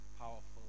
powerful